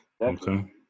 Okay